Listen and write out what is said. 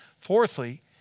Fourthly